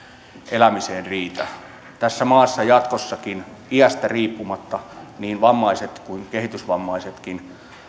elämiseen riitä tässä maassa jatkossakin iästä riippumatta niin vammaiset kuin kehitysvammaisetkin